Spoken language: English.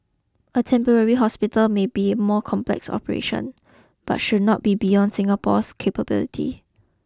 a temporary hospital may be a more complex operation but should not be beyond Singapore's capability